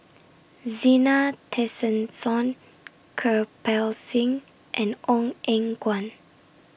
Zena Tessensohn Kirpal Singh and Ong Eng Guan